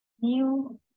new